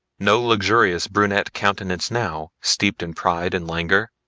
no luxurious brunette countenance now, steeped in pride and languor,